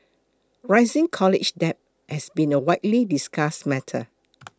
rising college debt has been a widely discussed matter